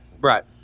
Right